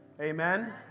Amen